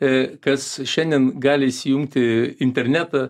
a kas šiandien gali įsijungti internetą